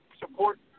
support